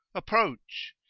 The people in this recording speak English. approach.